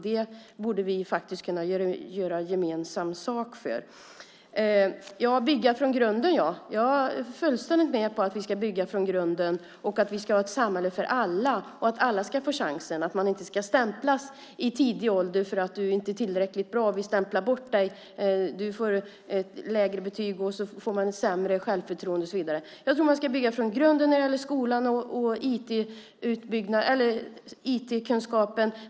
Det borde vi kunna göra gemensam sak för. Jag är fullständigt med på att vi ska bygga från grunden och att vi ska ha ett samhälle för alla. Alla ska få chansen. Man ska inte stämplas i tidig ålder för att man inte är tillräckligt bra: Vi stämplar bort dig. Du får ett lägre betyg. Så får man ett sämre självförtroende och så vidare. Jag tror att man ska bygga från grunden när det gäller skolan och IT-kunskapen.